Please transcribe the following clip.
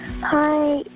Hi